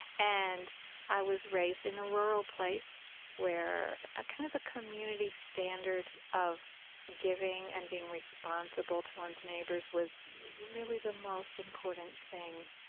and i was raised in a rural place where a kind of a community standard of giving and being responsible to one's neighbors was really the most important thing.